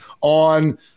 on